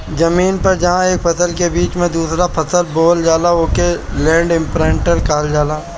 जमीन पर जहां एक फसल के बीच में दूसरा फसल बोवल जाला ओके लैंड इमप्रिन्टर कहल जाला